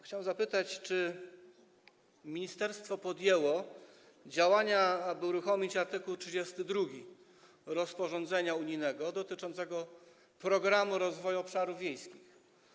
Chciałem zapytać, czy ministerstwo podjęło działania, aby uruchomić art. 32 rozporządzenia unijnego dotyczącego Programu Rozwoju Obszarów Wiejskich.